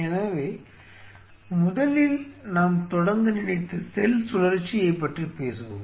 எனவே முதலில் நாம் தொடங்க நினைத்த செல் சுழற்சியைப் பற்றி பேசுவோம்